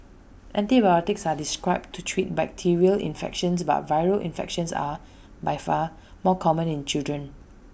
antibiotics are described to treat bacterial infections but viral infections are by far more common in children